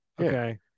Okay